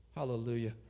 Hallelujah